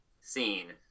seen